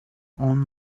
own